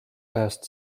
ajast